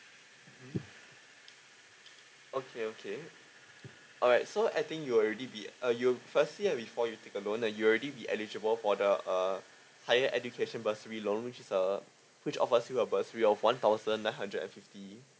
(uh huh) okay okay alright so I think you already be uh you firstly ah before you take a loan and you already be eligible for the uh higher education bursary loan which is a which offered you a bursary of one thousand nine hundred and fifty